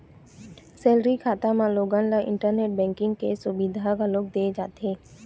salary खाता म लोगन ल इंटरनेट बेंकिंग के सुबिधा घलोक दे जाथे